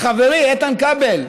לחברי איתן כבל,